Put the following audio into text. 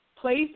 place